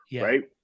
right